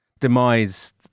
demise